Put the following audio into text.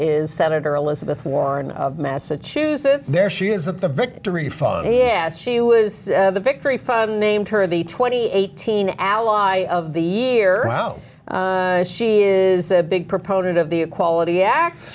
is senator elizabeth warren of massachusetts there she is that the victory fund yes she was the victory fund named her the twenty eighteen ally of the year oh she is a big proponent of the equality ac